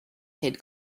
head